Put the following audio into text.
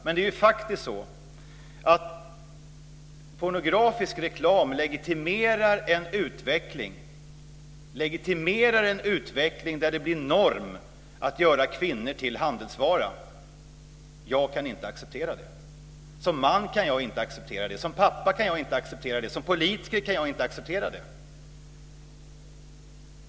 Men det är ju faktiskt så att pornografisk reklam legitimerar en utveckling där det blir norm att göra kvinnor till handelsvara. Jag kan inte acceptera det. Som man kan jag inte acceptera det. Som pappa kan jag inte acceptera det. Som politiker kan jag inte acceptera det.